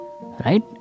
right